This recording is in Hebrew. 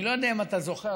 אני לא יודע אם אתה זוכר,